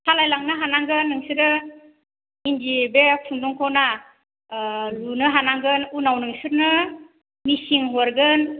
सालायलांनो हानांगोन नोंसोरो इन्दि बे खुन्दुंखौना ओह लुनो हानांगोन उनाव नोंसोरनो मिशिन हरगोन